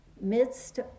midst